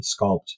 sculpt